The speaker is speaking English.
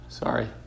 Sorry